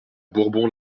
bourbon